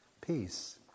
peace